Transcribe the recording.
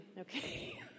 Okay